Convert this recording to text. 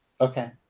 Okay